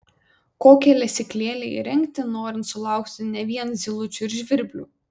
kokią lesyklėlę įrengti norint sulaukti ne vien zylučių ir žvirblių